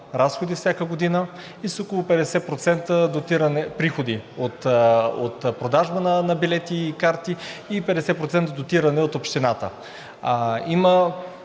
милиона всяка година и с около 50% приходи от продажба на билети и карти и 50% дотиране от Общината. Има